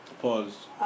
Pause